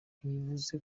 ntibivuze